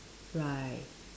right